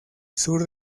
sur